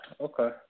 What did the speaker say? okay